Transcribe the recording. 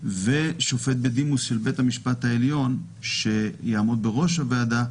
ושופט בדימוס של בית המשפט העליון שיעמוד בראש הוועדה,